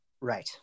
Right